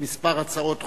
כמה הצעות חוק,